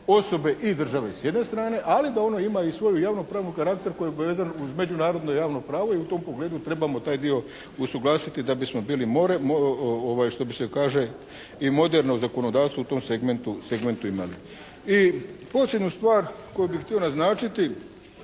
osobe i države s jedne strane, ali da i ono ima svoj javno-pravni karakter koji je obvezan uz međunarodno javno pravo i u tom pogledu trebamo taj dio usuglasiti da bismo bili, što se kaže i moderno zakonodavstvo u tom segmentu imali. I posljednju stvar koju bih htio naznačiti